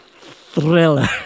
thriller